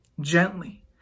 gently